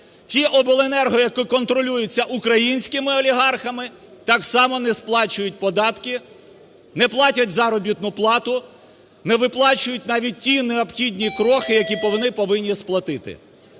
Ті обленерго, які контролюються українськими олігархами, так само не сплачують податки, не платять заробітну плату, не виплачують навіть ті необхідні крохи, які вони повинні сплатити.